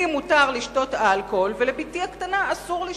למשל, לי מותר לשתות אלכוהול ולבתי הקטנה אסור.